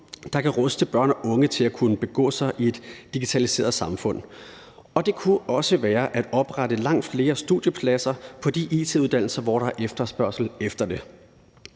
der kan ruste børn og unge til at kunne begå sig i et digitaliseret samfund, og det kunne også være at oprette langt flere studiepladser på de it-uddannelser, hvor der er efterspørgsel efter det.